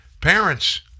Parents